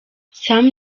sam